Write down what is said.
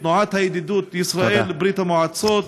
תנועת הידידות ישראל ברית המועצות,